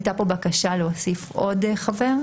הייתה כאן בקשה להוסיף עוד חבר.